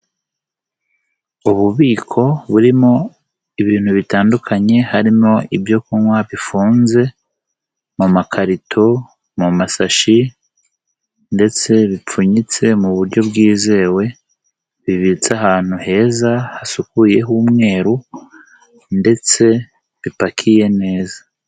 Ububiko burimo ibintu bitandukanye harimo ibyo kunywa bifunze mu makarito, mu masashi ndetse bipfunyitse mu buryo bwizewe bibitse ahantu heza hasukuye h'umweru ndetse bipakiye neza.